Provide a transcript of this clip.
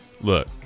look